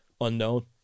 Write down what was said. unknown